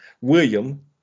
William